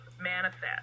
manifest